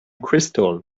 crystal